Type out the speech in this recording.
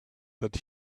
that